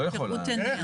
איך?